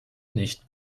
nicht